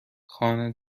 خانه